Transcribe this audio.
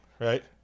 right